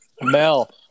Mel